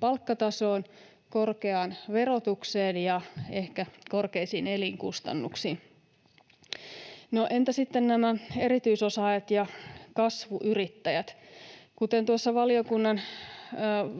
palkkatasoon, korkeaan verotukseen ja ehkä korkeisiin elinkustannuksiin. No entä sitten nämä erityisosaajat ja kasvuyrittäjät? Kuten tuossa valiokunnan